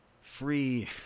free